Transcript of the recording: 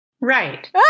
Right